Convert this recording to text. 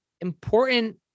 important